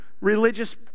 religious